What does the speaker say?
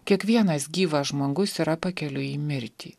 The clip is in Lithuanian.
kiekvienas gyvas žmogus yra pakeliui į mirtį